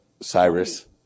Cyrus